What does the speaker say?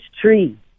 tree